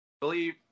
believe